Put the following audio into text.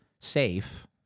safe